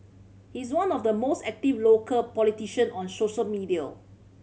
he is one of the most active local politician on social media